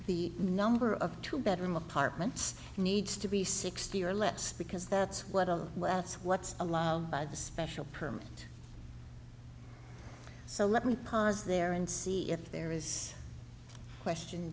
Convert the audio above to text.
the number of two bedroom apartments needs to be sixty or less because that's what of what's what's allowed by the special permit so let me pause there and see if there is question